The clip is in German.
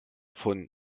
von